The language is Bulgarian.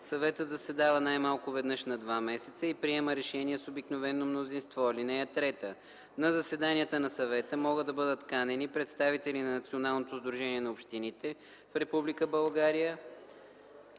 Съветът заседава най-малко веднъж на два месеца и приема решения с обикновено мнозинство. (3) На заседанията на съвета могат да бъдат канени представители на Националното сдружение на общините в Република